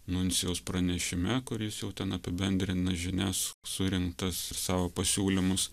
nuncijaus pranešime kuris jau ten apibendrina žinias surinktas ir savo pasiūlymus